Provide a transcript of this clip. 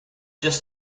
just